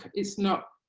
it's not